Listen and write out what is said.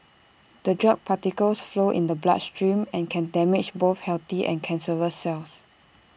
the drug particles flow in the bloodstream and can damage both healthy and cancerous cells